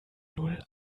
null